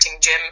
gym